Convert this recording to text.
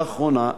לאחרונה,